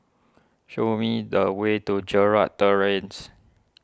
show me the way to Gerald Terrace